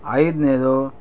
ಐದನೇದು